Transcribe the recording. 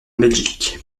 belgique